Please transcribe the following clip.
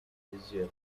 venezuela